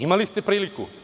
Imali ste priliku.